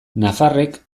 nafarrek